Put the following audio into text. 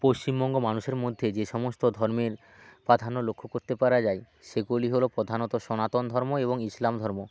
পশ্চিমবঙ্গ মানুষের মধ্যে যে সমস্ত ধর্মের প্রাধান্য লক্ষ্য করতে পারা যায় সেগুলি হলো প্রধানত সনাতন ধর্ম এবং ইসলাম ধর্ম